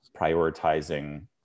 prioritizing